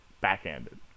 backhanded